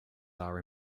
are